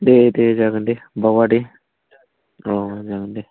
दे दे जागोन दे बावा दे औ जागोन दे